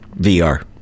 VR